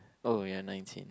oh ya nineteen